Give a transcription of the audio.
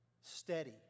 Steady